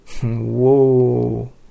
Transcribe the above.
Whoa